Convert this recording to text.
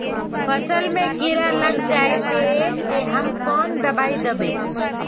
फसल में कीड़ा लग जाए ते, ते हम कौन दबाई दबे?